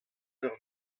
eur